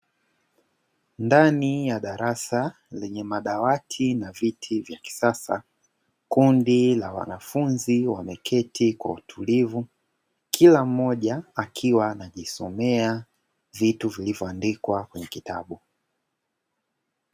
Ndani ya darasa lenye madawati na viti vya kisasa. Kundi la wanafunzi wameketi kwa utulivu. Kila mmoja, akiwa anajisomea, vitu vilivyoandikwa kwenye kitabu.